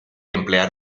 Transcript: emplear